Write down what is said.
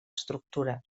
estructura